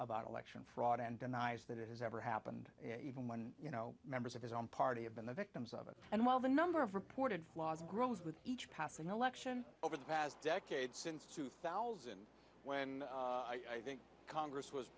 about election fraud and denies that it has ever happened in even when you know members of his own party have been the victims of it and while the number of reported flaws grows with each passing election over the past decade since two thousand when i think congress was